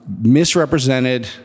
misrepresented